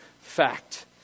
fact